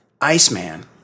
Iceman